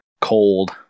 cold